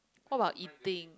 what about eating